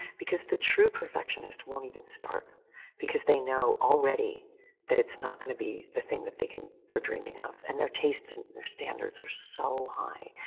because the true perfectionist won't even start because they know already that it's not gonna be the thing that they can, they're dreaming of. and their tastes and their standards are so high.